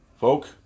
folk